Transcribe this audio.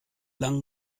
lange